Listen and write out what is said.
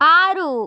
ఆరు